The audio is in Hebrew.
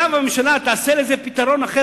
היה והממשלה תמצא לזה פתרון אחר,